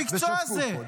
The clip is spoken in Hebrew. למקצוע הזה,